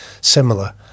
similar